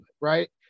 right